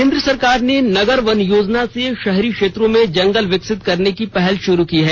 केंद्र सरकार ने नगर वन योजना से शहरी क्षेत्रों में जंगल विकसित करने की पहल शुरू की है